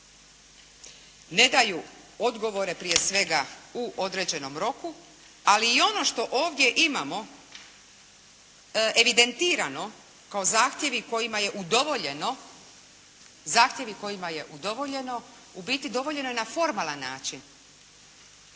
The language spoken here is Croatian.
ne daju odgovore prije svega u određenom roku ali i ono što ovdje imamo evidentirano kao zahtjevi kojima je udovoljeno u biti udovoljeno je na formalan način